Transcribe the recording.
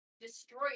destroy